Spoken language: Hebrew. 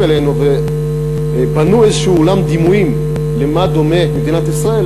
אלינו ובנו איזה עולם דימויים למה דומה מדינת ישראל,